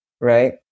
right